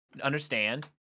understand